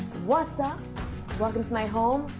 what's up, welcome to my home,